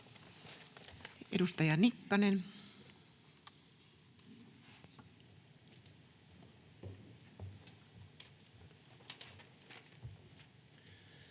Edustaja Nikkanen.